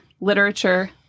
literature